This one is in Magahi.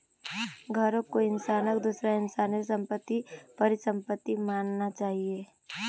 घरौंक कोई इंसानक दूसरा इंसानेर सम्पत्तिक परिसम्पत्ति मानना चाहिये